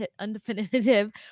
undefinitive